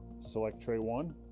select tray one